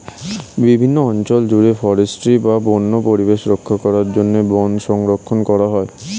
বিভিন্ন অঞ্চল জুড়ে ফরেস্ট্রি বা বন্য পরিবেশ রক্ষার জন্য বন সংরক্ষণ করা হয়